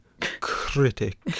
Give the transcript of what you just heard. critic